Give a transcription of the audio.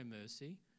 mercy